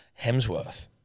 Hemsworth